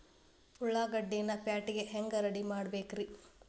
ಉಳ್ಳಾಗಡ್ಡಿನ ಪ್ಯಾಟಿಗೆ ಹ್ಯಾಂಗ ರೆಡಿಮಾಡಬೇಕ್ರೇ?